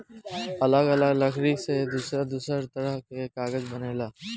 अलग अलग लकड़ी से दूसर दूसर तरह के कागज बनेला